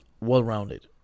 well-rounded